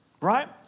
right